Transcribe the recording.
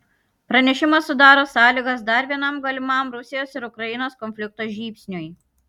pranešimas sudaro sąlygas dar vienam galimam rusijos ir ukrainos konflikto žybsniui